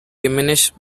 diminish